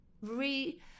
re